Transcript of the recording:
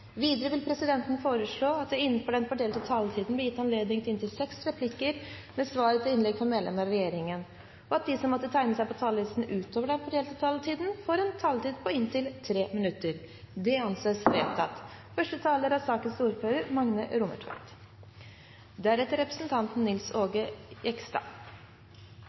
Videre vil presidenten foreslå at det – innenfor den fordelte taletid – blir gitt anledning til inntil seks replikker med svar etter innlegg fra medlemmer av regjeringen, og at de som måtte tegne seg på talerlisten utover den fordelte taletid, får en taletid på inntil 3 minutter. – Det anses vedtatt. Taxi er